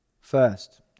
first